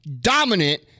dominant